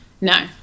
No